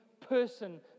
person